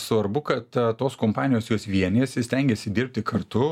svarbu kad tos kompanijos jos vienijasi stengiasi dirbti kartu